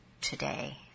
today